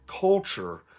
culture